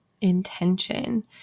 intention